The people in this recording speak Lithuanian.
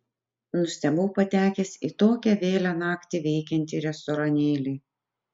nustebau patekęs į tokią vėlią naktį veikiantį restoranėlį